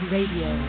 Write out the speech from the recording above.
Radio